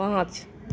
पाँच